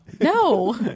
No